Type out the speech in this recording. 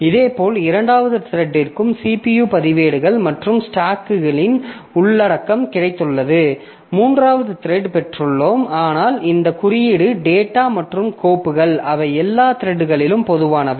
இதேபோல் இரண்டாவது த்ரெட்டிற்கும் CPU பதிவேடுகள் மற்றும் ஸ்டாக்கின் உள்ளடக்கம் கிடைத்துள்ளது மூன்றாவது த்ரெட் பெற்றுள்ளோம் ஆனால் இந்த குறியீடு டேட்டா மற்றும் கோப்புகள் அவை எல்லா த்ரெட்களிலும் பொதுவானவை